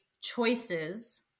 choices